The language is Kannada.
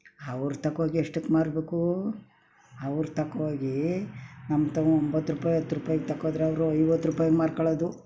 ಅವರು ತಕೊ ಹೋಗಿ ಎಷ್ಟಕ್ಕೆ ಮಾರಬೇಕು ಅವ್ರು ತಗೊ ಹೋಗಿ ನಮ್ಮ ತವ ಒಂಬತ್ತು ರೂಪಾಯಿ ಹತ್ತು ರೂಪಾಯ್ಗೆ ತಕೋ ಹೋದ್ರೆ ಅವರು ಐವತ್ರೂಪಾಯ್ಗೆ ಮಾರ್ಕೊಳ್ಳೋದು